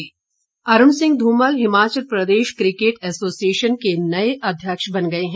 HPCA Arun Singh Dhumal Himachal Pradesh cricket association के नए अध्यक्ष बन गए हैं